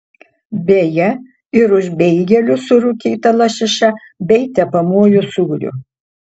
beje ir už beigelius su rūkyta lašiša bei tepamuoju sūriu